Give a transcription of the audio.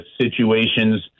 situations